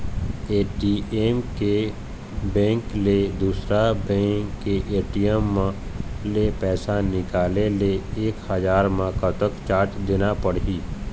ATM के bank ले दुसर बैंक के ए.टी.एम ले पैसा निकाले ले एक हजार मा कतक चार्ज देना पड़ही?